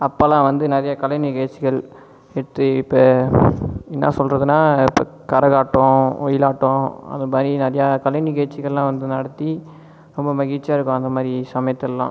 அப்போல்லா வந்து நிறையா கலை நிகழ்ச்சிகள் வித் இப்போ என்ன சொல்லுறதுன்னால் கரகாட்டம் ஒயிலாட்டம் அந்த மாதிரி நிறையா கலை நிகழ்ச்சிகள் எல்லாம் வந்து நடத்தி ரொம்ப மகிழ்ச்சியா இருக்கும் அந்த மாதிரி சமயத்துலெல்லாம்